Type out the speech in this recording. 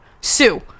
Sue